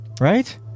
right